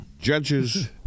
Judges